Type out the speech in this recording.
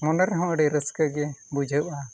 ᱢᱚᱱᱮ ᱨᱮᱦᱚᱸ ᱟᱹᱰᱤ ᱨᱟᱹᱥᱠᱟᱹᱜᱮ ᱵᱩᱡᱷᱟᱹᱣᱚᱜᱼᱟ